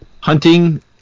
hunting